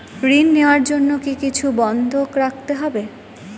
ঋণ নেওয়ার জন্য কি কিছু বন্ধক রাখতে হবে?